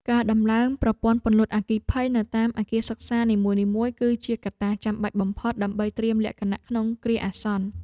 ការដំឡើងប្រព័ន្ធពន្លត់អគ្គិភ័យនៅតាមអគារសិក្សានីមួយៗ គឺជាកត្តាចាំបាច់បំផុតដើម្បីត្រៀមលក្ខណៈក្នុងគ្រាអាសន្ន។